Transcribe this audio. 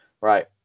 Right